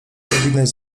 powinnaś